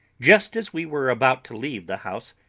just as we were about to leave the house,